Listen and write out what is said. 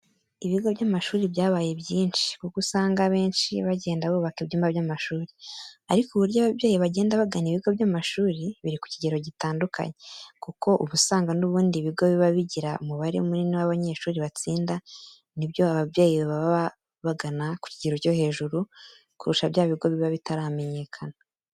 Ibigo by'amashuri byabaye byinshi kuko usanga benshi bagenda bubaka ibyumba by'amashuri. Ariko uburyo ababyeyi bagenda bagana ibigo by'amashuri biri ku kigero gitandukanye, kuko uba usanga n'ubundi ibigo biba bigira umubare munini w'abanyeshuri batsinda, ni byo ababyeyi baba bagana ku kigero cyo hejuru kurusha bya bigo biba bitaramenyekana.